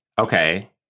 Okay